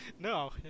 No